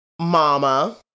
mama